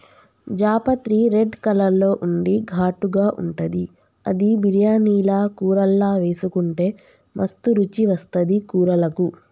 జాపత్రి red colour లో ఉండి ఘాటుగా ఉంటది అది బిర్యానీల కూరల్లా వేసుకుంటే మస్తు రుచి వస్తది కూరలకు